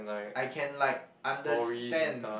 I can like understand